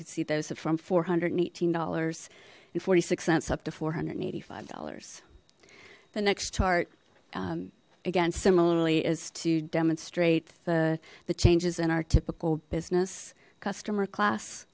can see those are from four hundred and eighteen dollars and forty six cents up to four hundred and eighty five dollars the next chart again similarly is to demonstrate the the changes in our typical business customer class